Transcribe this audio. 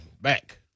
back